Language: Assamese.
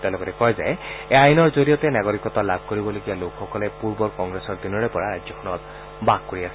তেওঁ লগতে কয় যে এই আইনৰ জৰিয়তে নাগৰিকত্ব লাভ কৰিবলগীয়া লোকসকলে পূৰ্বৰ কংগ্ৰেছৰ দিনৰে পৰা ৰাজ্যখনত বাস কৰি আছে